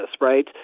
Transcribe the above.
right